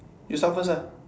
you start first ah